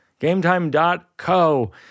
GameTime.co